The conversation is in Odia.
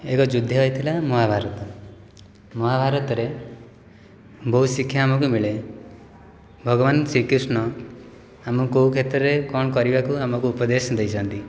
ଏକ ଯୁଦ୍ଧ ହୋଇଥିଲା ମହାଭାରତ ମହାଭାରତରେ ବହୁତ ଶିକ୍ଷା ଆମକୁ ମିଳେ ଭଗବାନ ଶ୍ରୀକୃଷ୍ଣ ଆମ କେଉଁ କ୍ଷେତ୍ରରେ କଣ କରିବାକୁ ଆମକୁ ଉପଦେଶ ଦେଇଛନ୍ତି